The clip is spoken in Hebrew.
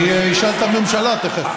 אני אשאל את הממשלה תכף.